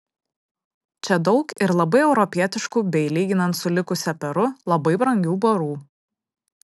čia daug ir labai europietiškų bei lyginant su likusia peru labai brangių barų